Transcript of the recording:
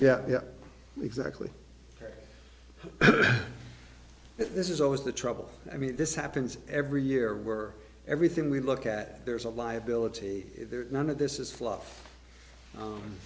yeah yeah exactly this is always the trouble i mean this happens every year we're everything we look at there's a liability there's none of this is fluff